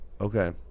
Okay